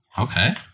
Okay